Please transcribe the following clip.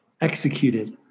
executed